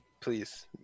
please